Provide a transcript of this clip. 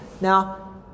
Now